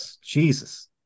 Jesus